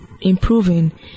improving